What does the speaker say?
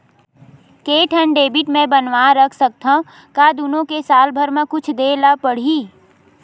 के ठन डेबिट मैं बनवा रख सकथव? का दुनो के साल भर मा कुछ दे ला पड़ही?